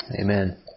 Amen